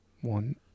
One